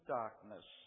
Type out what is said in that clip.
darkness